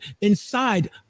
inside